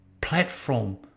platform